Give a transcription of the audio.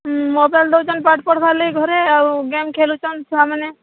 mobile ଦେଉଛନ୍ତି ପାଠ୍ ପଢ଼ବାର୍ ଲାଗି ଘରେ ଆଉ ଗେମ୍ ଖେଳୁଛନ୍ ଛୁଆମାନେ